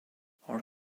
are